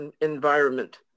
environment